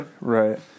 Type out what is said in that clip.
Right